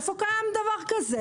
איפה קיים דבר כזה?